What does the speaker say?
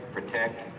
protect